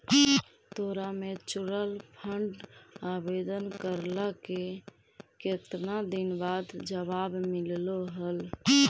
तोरा mutual fund आवेदन करला के केतना दिन बाद जवाब मिललो हल?